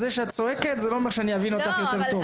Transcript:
זה שאת צועקת זה לא אומר שאני אבין אותך יותר טוב.